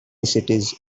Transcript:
cities